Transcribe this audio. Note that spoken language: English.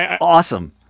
awesome